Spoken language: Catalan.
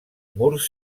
murs